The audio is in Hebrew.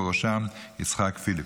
ובראשם ליצחק פיליפ.